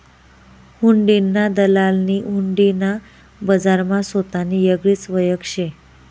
हुंडीना दलालनी हुंडी ना बजारमा सोतानी येगळीच वयख शे